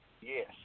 Yes